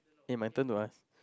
eh my turn to ask